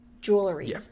jewelry